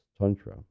tantra